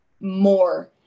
more